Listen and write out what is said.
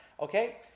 Okay